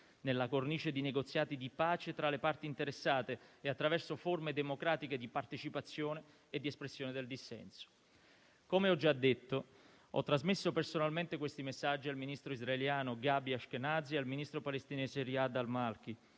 nella cornice di negoziati di pace tra le parti interessate e attraverso forme democratiche di partecipazione e di espressione del dissenso. Come ho già detto, ho trasmesso personalmente questi messaggi al ministro israeliano Gabi Ashkenazy e al ministro palestinese Riyad al-Maliki